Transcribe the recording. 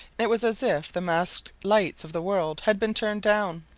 it was as if the masked lights of the world had been turned down.